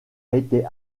été